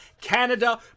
Canada